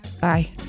bye